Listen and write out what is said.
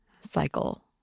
cycle